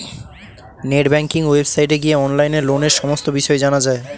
net banking ওয়েবসাইটে গিয়ে অনলাইনে লোনের সমস্ত বিষয় জানা যাবে